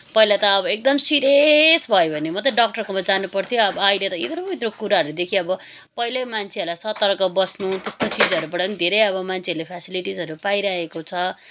पहिला त अब एकदम सिरियस भयो भने मात्रै डक्टरकोमा जानुपर्थ्यो अब अहिले त इत्रु इत्रु कुराहरूदेखि अब पहिले मान्छेहरूलाई सतर्क बस्नु त्यस्तो चिजहरूबाट नि धेरै अब मान्छेहरूले फेसिलिटिसहरू पाइरहेको छ